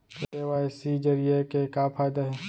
KYC जरिए के का फायदा हे?